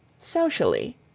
Socially